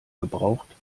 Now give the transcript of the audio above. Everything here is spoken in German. gebraucht